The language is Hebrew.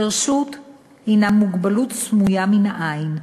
חירשות הִנה מוגבלות סמויה מן העין,